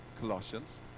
colossians